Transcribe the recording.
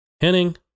henning